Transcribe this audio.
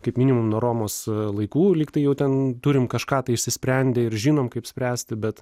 kaip minimum nuo romos laikų lyg tai jau ten turim kažką tai išsisprendę ir žinom kaip spręsti bet